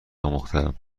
آموختهام